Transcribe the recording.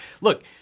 look